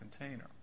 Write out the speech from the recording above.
container